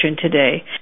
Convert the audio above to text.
today